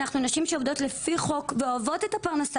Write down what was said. אנחנו נשים שעובדות לפי חוק ואוהבות את הפרנסה